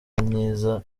myiza